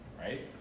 right